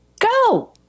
go